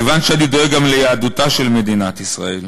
כיוון שאני דואג גם ליהדותה של מדינת ישראל,